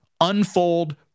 unfold